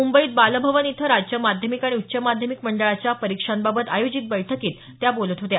मुंबईत बालभवन इथं राज्य माध्यमिक आणि उच्च माध्यमिक मंडळाच्या परिक्षांबाबत आयोजित बैठकीत त्या बोलत होत्या